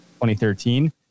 2013